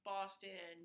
Boston